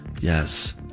Yes